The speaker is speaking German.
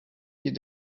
die